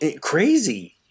crazy